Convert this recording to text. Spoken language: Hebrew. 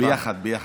בהחלט.